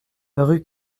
rue